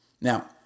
Now